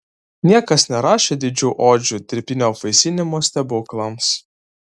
niekas nerašė didžių odžių dirbtinio apvaisinimo stebuklams